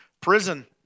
prison